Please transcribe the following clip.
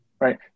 right